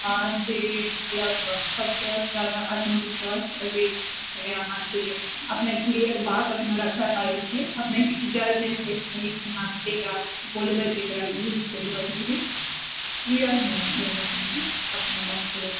अथि मतलब सबसँ जादा आत्मविश्वास अडिग छलै अहाँकेँ अपने क्लियर बात अपना रखए पड़ै छै अपनेके ई डर नहि होइके चाही की हँ एकरा बोलबै तऽ एकरा ई हेतै या किछु भी क्लियर होना चाही अपनेके अपना बात कए ले के